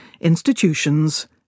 institutions